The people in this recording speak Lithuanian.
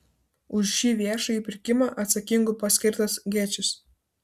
už šį viešąjį pirkimą atsakingu paskirtas gečis